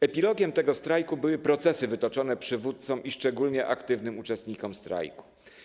Epilogiem tego strajku były procesy wytoczone przywódcom i szczególnie aktywnym uczestnikom strajku.